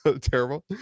terrible